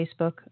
Facebook